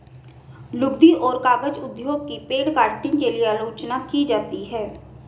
लुगदी और कागज उद्योग की पेड़ काटने के लिए आलोचना की जाती है